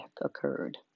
occurred